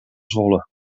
zwolle